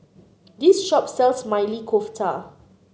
this shop sells Maili Kofta